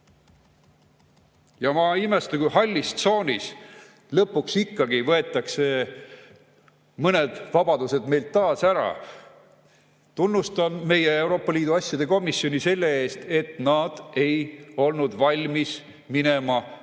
Ja ma ei imesta, kui hallis tsoonis lõpuks ikkagi võetakse mõned vabadused meilt taas ära. Tunnustan meie Euroopa Liidu asjade komisjoni selle eest, et nad ei olnud valmis minema